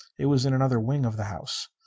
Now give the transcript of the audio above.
it was in another wing of the house.